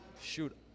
shoot